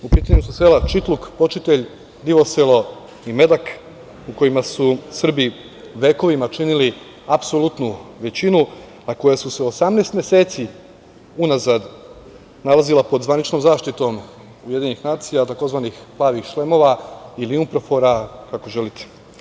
U pitanju su sela Čitluk, Počitelj, Divoselo i Medak u kojima su Srbi vekovima činili apsolutnu većinu, a koja su se 18 meseci unazad nalazila pod zvaničnom zaštitom UN, tzv. „Plavih šlemova“ ili Unprofora, kako želite.